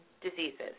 diseases